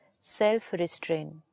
Self-restraint